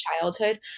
childhood